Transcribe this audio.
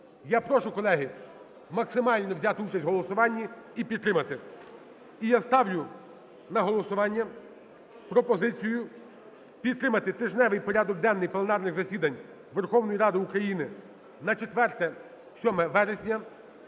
Я прошу, колеги, максимально взяти участь у голосуванні підтримати. І я ставлю на голосування пропозицію підтримати тижневий порядок денний пленарних засідань Верховної Ради України на 4-7 вересня: